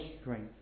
strength